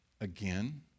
again